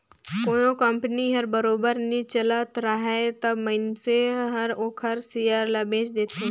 कोनो कंपनी हर बरोबर नी चलत राहय तब मइनसे हर ओखर सेयर ल बेंच देथे